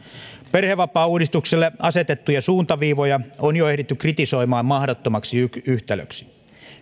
perhevapaauudistukselle asetettuja suuntaviivoja on jo ehditty kritisoimaan mahdottomaksi yhtälöksi